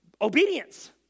obedience